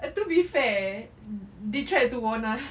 to be fair they tried to warn us